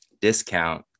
discount